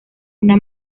una